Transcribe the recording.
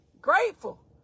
Grateful